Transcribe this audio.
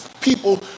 people